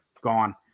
gone